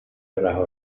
رها